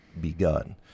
begun